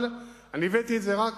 אבל הבאתי את זה רק